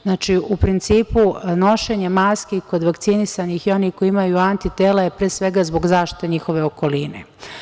Znači, u principu, nošenje maski kod vakcinisanih i onih koji imaju antitela je pre svega zbog zaštite njihove okoline.